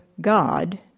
God